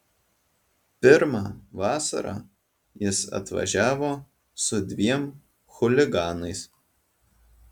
pirmą vasarą jis atvažiavo su dviem chuliganais